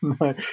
No